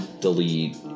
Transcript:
delete